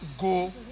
go